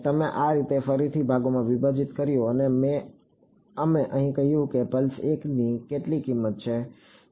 અમે તેને આ રીતે ફરીથી ભાગોમાં વિભાજિત કર્યું અને અહીં અમે કહ્યું કે પલ્સ 1 ની કેટલીક કિંમત છે